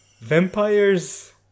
Vampires